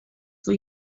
for